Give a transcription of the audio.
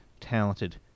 talented